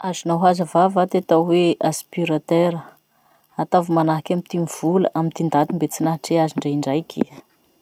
Azonao hazavà va ty atao hoe aspirateur? Ataovy manahky amy ty mivola amy ty ndaty mbe tsy nahatrea azy ndre indraiky iha.